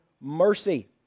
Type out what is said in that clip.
mercy